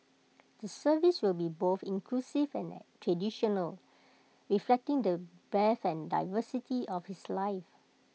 the service will be both inclusive and traditional reflecting the breadth and diversity of his life